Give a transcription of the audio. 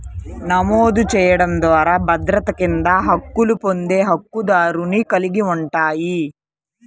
నమోదు చేయడం ద్వారా భద్రత కింద హక్కులు పొందే హక్కుదారుని కలిగి ఉంటాయి,